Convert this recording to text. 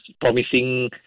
promising